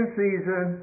season